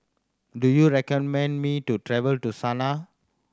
do you recommend me to travel to Sanaa